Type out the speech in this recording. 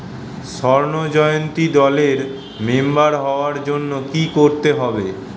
স্বর্ণ জয়ন্তী দলের মেম্বার হওয়ার জন্য কি করতে হবে?